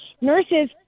nurses